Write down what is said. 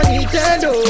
Nintendo